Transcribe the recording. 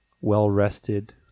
well-rested